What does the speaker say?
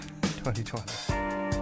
2020